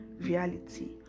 reality